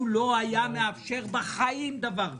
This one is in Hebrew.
לא היה מאפשר בחיים דבר כזה.